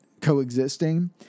coexisting